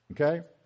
Okay